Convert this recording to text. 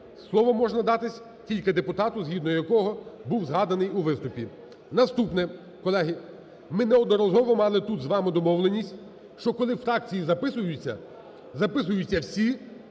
слово може надатися тільки депутату, згідно якого був згаданий у виступі. Наступне, колеги, ми неодноразово мали тут з вами домовленість, що коли фракції записуються, записуються всі,